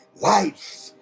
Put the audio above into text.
Life